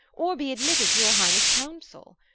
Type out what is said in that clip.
or be admitted to your highnesse councell.